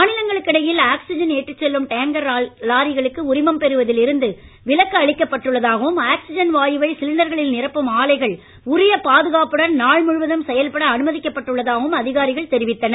மாநிலங்களுக்கு இடையில் ஆக்சிஜன் ஏற்றிச் செல்லும் டேங்கர் உரிமம் பெறுவதில் லாரிகளுக்கு விலக்கு அளிக்கப்பட்டுள்ளதாகவும் ஆக்சிஜன் வாயுவை சிலிண்டர்களில் நிரப்பும் ஆலைகள் உரிய பாதுகாப்புடன் நாள் முழுவதும் செயல்பட அனுமதிக்கப்பட்டுள்ளதாகவும் அதிகாரிகள் தெரிவித்தனர்